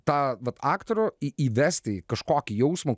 tą vat aktorių į įvesti į kažkokį jausmą